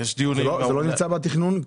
זה לא נמצא בתכנון?